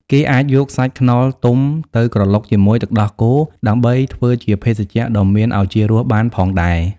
គេអាចយកសាច់ខ្នុរទុំទៅក្រឡុកជាមួយទឹកដោះគោ ដើម្បីធ្វើជាភេសជ្ជៈដ៏មានឱជារសបានផងដែរ។